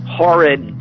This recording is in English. horrid